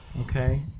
Okay